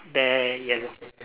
bear yellow